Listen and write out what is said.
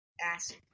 ask